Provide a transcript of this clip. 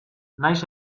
nahiz